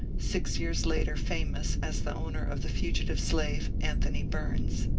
six years later famous as the owner of the fugitive slave anthony bums.